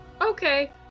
Okay